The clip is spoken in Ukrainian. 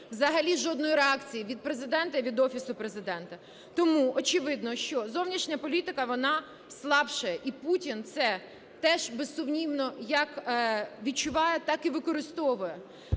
взагалі жодної реакції від Президента, від Офісу Президента. Тому очевидно, що зовнішня політика, вона слабшає, і Путін це теж, безсумнівно, як відчуває, так і використовує.